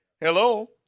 Hello